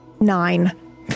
Nine